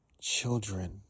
children